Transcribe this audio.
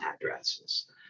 addresses